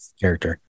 character